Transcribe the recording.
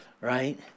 right